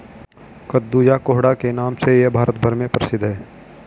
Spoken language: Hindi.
कद्दू या कोहड़ा के नाम से यह भारत भर में प्रसिद्ध है